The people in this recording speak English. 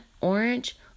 Orange